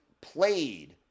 played